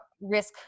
risk